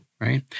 Right